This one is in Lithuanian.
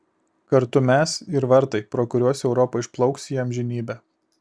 kartu mes ir vartai pro kuriuos europa išplauks į amžinybę